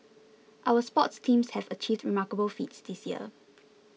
our sports teams have achieved remarkable feats this year